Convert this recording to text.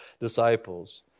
disciples